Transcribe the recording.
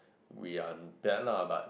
we are there lah but